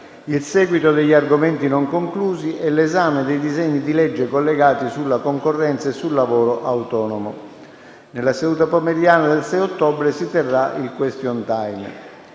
il seguito degli argomenti non conclusi e l'esame dei disegni di legge collegati sulla concorrenza e sul lavoro autonomo. Nella seduta pomeridiana del 6 ottobre si terrà il *question time*.